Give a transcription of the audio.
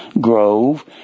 Grove